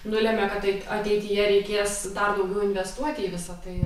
nulemia kad taip ateityje reikės dar daugiau investuoti į visa tai